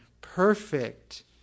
perfect